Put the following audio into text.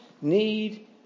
need